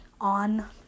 on